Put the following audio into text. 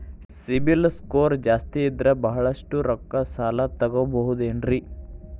CIBIL score ಜಾಸ್ತಿ ಇದ್ರ ಬಹಳಷ್ಟು ರೊಕ್ಕ ಸಾಲ ತಗೋಬಹುದು ಏನ್ರಿ?